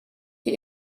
die